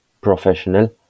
professional